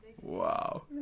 Wow